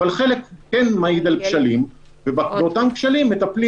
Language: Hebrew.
אבל חלק כן מעיד על כשלים ובאותם כשלים מטפלים